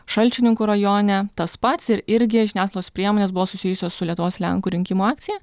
šalčininkų rajone tas pats ir irgi žiniasklaidos priemonės buvo susijusios su lietuvos lenkų rinkimų akcija